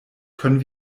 können